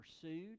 pursued